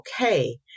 okay